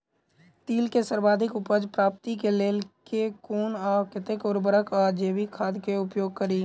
तिल केँ सर्वाधिक उपज प्राप्ति केँ लेल केँ कुन आ कतेक उर्वरक वा जैविक खाद केँ उपयोग करि?